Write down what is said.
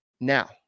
Now